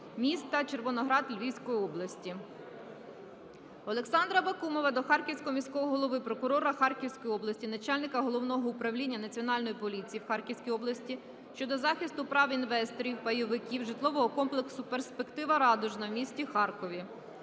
Олександра Бакумова до Харківського міського голови, прокурора Харківської області, начальника Головного управління Національної поліції в Харківській області щодо захисту прав інвесторів (пайовиків) житлового комплексу "Перспектива Радужна" в місті Харкові.